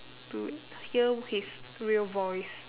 to hear his real voice